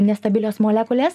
nestabilios molekulės